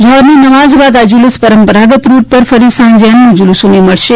જોહરની નમાઝ બાદ આ જુલુસ પરંપરાગત રૂટ પર ફરી સાંજે અન્ય જુલુસો ને મળશે